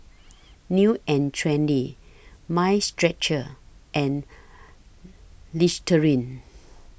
New and Trendy Mind Stretcher and Listerine